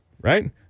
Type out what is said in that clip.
Right